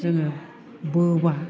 जोङो बोबा